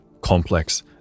complex